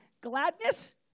gladness